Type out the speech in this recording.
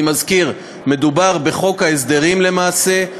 אני מזכיר: מדובר בחוק ההסדרים למעשה,